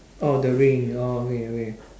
oh the ring orh okay okay